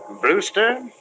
Brewster